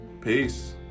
Peace